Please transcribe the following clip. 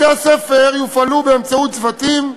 בתי-הספר יופעלו באמצעות צוותים,